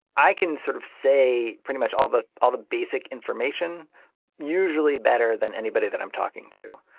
i can sort of say pretty much all but all the basic information usually better than anybody that i'm talking to.